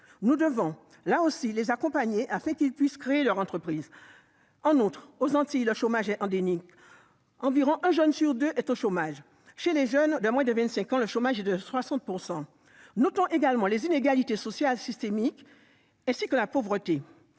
les accompagner aussi dans ce domaine, afin qu'ils puissent créer leur entreprise. Par ailleurs, aux Antilles, le chômage est endémique. Environ un jeune sur deux est au chômage et, parmi les jeunes de moins de 25 ans, le taux de chômage est de 60 %. Notons également les inégalités sociales systémiques, ainsi que la pauvreté.